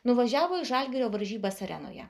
nuvažiavo į žalgirio varžybas arenoje